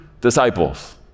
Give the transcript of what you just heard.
disciples